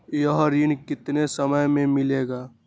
यह ऋण कितने समय मे मिलेगा?